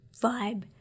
vibe